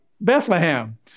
Bethlehem